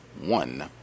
one